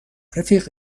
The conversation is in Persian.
رفیق